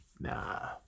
Nah